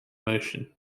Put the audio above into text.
motion